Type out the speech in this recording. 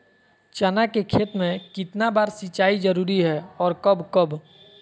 चना के खेत में कितना बार सिंचाई जरुरी है और कब कब?